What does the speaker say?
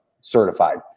certified